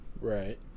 Right